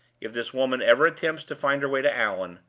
if this woman ever attempts to find her way to allan,